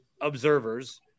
observers